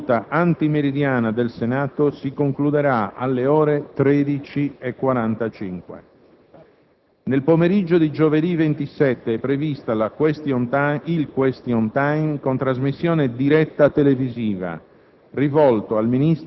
pertanto, la seduta antimeridiana del Senato si concluderà alle ore 13,45. Nel pomeriggio di giovedì 27 è previsto il *question time* con trasmissione diretta televisiva,